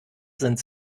sind